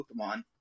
Pokemon